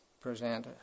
present